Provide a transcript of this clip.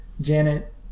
Janet